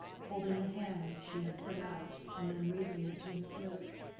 holding the hand she had put out and then raising it to his lips.